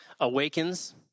awakens